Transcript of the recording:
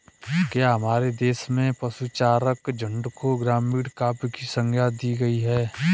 क्या हमारे देश में पशुचारक झुंड को ग्रामीण काव्य की संज्ञा दी गई है?